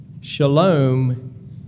Shalom